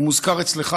הוא מוזכר אצלך,